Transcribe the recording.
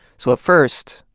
so at first,